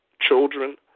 children